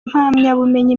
impamyabumenyi